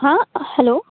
हाँ हलो